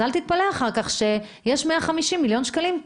אז אל תתפלא אחר כך שיש 150 מיליון שקלים בשיווק,